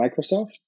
Microsoft